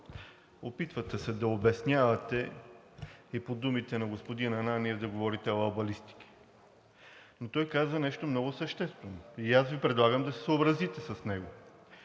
Опитвате се да обяснявате и по думите на господин Ананиев да говорите алабалистики. Но той каза нещо много съществено и аз Ви предлагам да се съобразите с него.